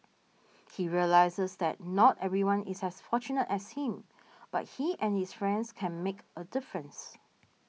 he realises that not everyone is as fortunate as him but he and his friends can make a difference